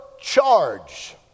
charge